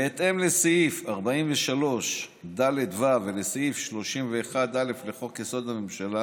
בהתאם לסעיף 43ד(ו) ולסעיף 31(א) לחוק-יסוד: הממשלה